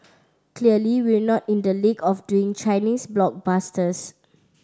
clearly we're not in the league of doing Chinese blockbusters